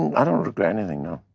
and i don't regret anything, no.